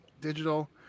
digital